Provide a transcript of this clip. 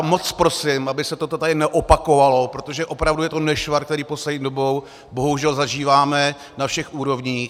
Moc prosím, aby se toto tady neopakovalo, protože opravdu je to nešvar, který poslední dobou bohužel zažíváme na všech úrovních.